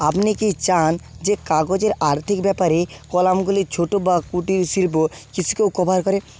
আপনি কি চান যে কাগজের আর্থিক ব্যাপারে কলামগুলি ছোটো বা কুটির শিল্প কৃষিকেও কভার করে